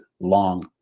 long